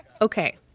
okay